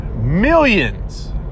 millions